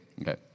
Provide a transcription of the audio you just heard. okay